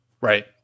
Right